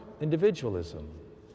individualism